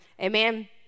Amen